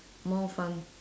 more fun